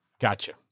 Gotcha